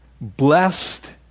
Blessed